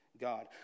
God